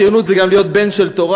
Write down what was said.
ציונות זה גם להיות בן תורה,